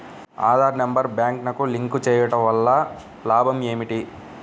Aadhaar number బ్యాంక్నకు link చేయుటవల్ల లాభం ఏమిటి?